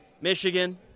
Michigan